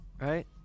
Right